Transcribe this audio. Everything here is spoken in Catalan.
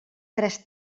tres